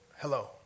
hello